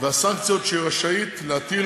והסנקציות שהיא רשאית להטיל